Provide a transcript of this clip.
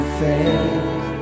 face